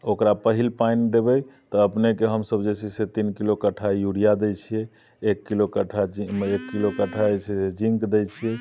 ओकरा पहिल पानि देबै तऽ अपनेके हमसब जे छै तीन किलो कट्ठा यूरिया दै छियै एक किलो कट्ठा वाइब्रेट एक किलो कट्ठा जे छै से जिंक दै छियै भाइब्रेट